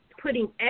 putting